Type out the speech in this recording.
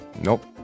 Nope